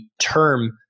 term